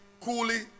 Coolly